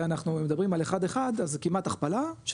ואנחנו מדברים על אחד אחד זה כמעט הכפלה,